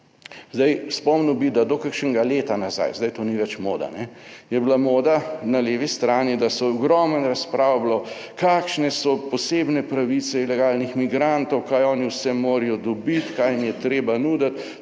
spomnil bi, da do kakšnega leta nazaj, zdaj to ni več moda, je bila moda na levi strani, da se je ogromno razprav bilo, kakšne so posebne pravice ilegalnih migrantov, kaj oni vse morajo dobiti, kaj jim je treba nuditi,